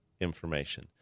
information